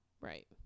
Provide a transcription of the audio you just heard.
Right